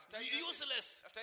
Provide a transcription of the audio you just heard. useless